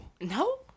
No